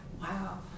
Wow